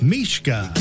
Mishka